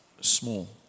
small